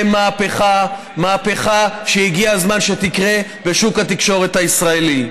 מהפכה שהגיע הזמן שתקרה בשוק התקשורת הישראלי.